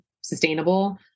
sustainable